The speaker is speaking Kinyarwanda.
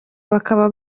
bakaba